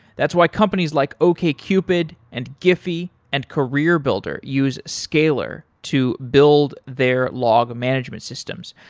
that's why companies like okcupid and giphy and career builder use scalyr to build their log management systems.